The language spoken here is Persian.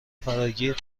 فراگیر